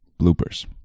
bloopers